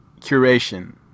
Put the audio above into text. curation